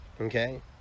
okay